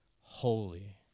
holy